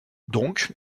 donc